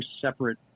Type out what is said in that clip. separate